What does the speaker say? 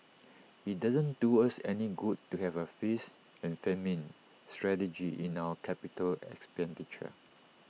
IT doesn't do us any good to have A feast and famine strategy in our capital expenditure